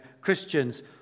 Christians